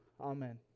Amen